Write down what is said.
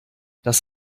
das